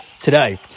today